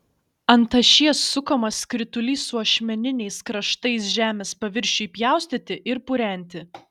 ant ašies sukamas skritulys su ašmeniniais kraštais žemės paviršiui pjaustyti ir purenti